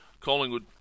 collingwood